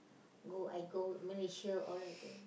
go I go Malaysia all I go